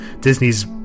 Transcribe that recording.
disney's